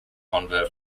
convert